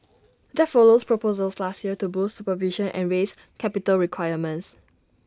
that follows proposals last year to boost supervision and raise capital requirements